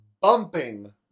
bumping